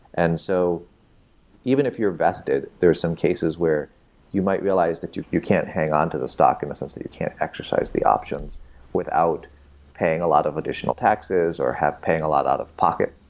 and so even if you're vested, there are some cases where you might realize that you you can't hang on to the stock in a sense, that you can't exercise the options without paying a lot of additional taxes, or paying a lot out of pocket.